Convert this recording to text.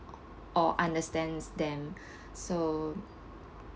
or understands them so